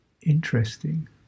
interesting